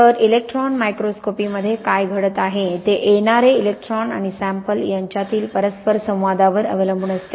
तर इलेक्ट्रॉन मायक्रोस्कोपीमध्ये काय घडत आहे ते येणारे इलेक्ट्रॉन आणि सॅम्पल यांच्यातील परस्परसंवादावर अवलंबून असते